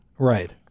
Right